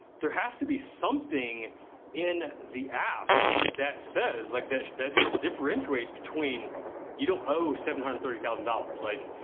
there has to be something in the app that says like, that that differentiates between you don't owe seven hundred and thirty thousand dollars. like,